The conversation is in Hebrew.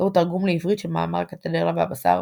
זהו תרגום לעברית של המאמר הקתדרלה והבזאר,